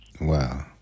Wow